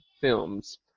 films